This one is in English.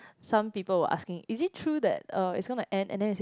some people were asking is it true that uh it's going to end and then they say